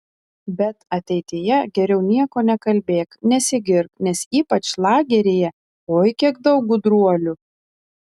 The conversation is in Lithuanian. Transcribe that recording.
bet ateityje geriau nieko nekalbėk nesigirk nes ypač lageryje oi kiek daug gudruolių